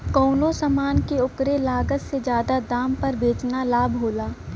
कउनो समान के ओकरे लागत से जादा दाम पर बेचना लाभ होला